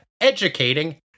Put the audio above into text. educating